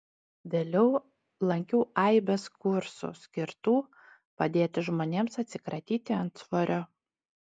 vėliau lankiau aibes kursų skirtų padėti žmonėms atsikratyti antsvorio